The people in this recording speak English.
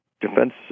defense